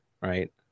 right